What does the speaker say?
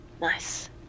Nice